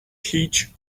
teach